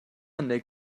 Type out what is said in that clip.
cynnig